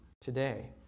today